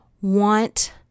want